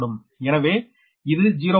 எனவே இது 0